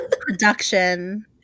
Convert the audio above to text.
production